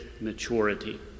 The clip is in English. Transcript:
maturity